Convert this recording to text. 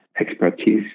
expertise